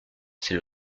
c’est